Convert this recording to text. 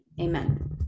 amen